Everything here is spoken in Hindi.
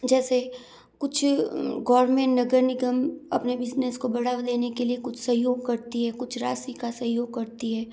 जैसे कुछ गोवर्नमेंट नगर निगम अपने बिजनेस को बढ़ावा लेने के लिए कुछ सहयोग करती है कुछ राशि का सहयोग करती है